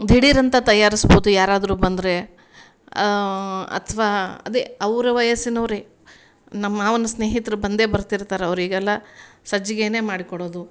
ದಿಢೀರ್ ಅಂತ ತಯಾರಿಸಬೌದು ಯಾರಾದರು ಬಂದರೆ ಅಥವಾ ಅದೇ ಅವರ ವಯಸ್ಸಿನವರೆ ನಮ್ಮ ಮಾವನ ಸ್ನೇಹಿತ್ರು ಬಂದೇ ಬರ್ತಿರ್ತಾರೆ ಅವರಿಗೆಲ್ಲ ಸಜ್ಜಿಗೇಯೇ ಮಾಡಿಕೊಡೋದು